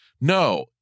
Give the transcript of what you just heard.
No